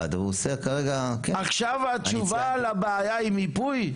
עכשיו התשובה לבעיה היא מיפוי?